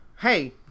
Hey